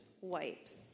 wipes